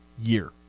year